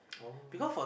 oh